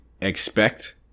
expect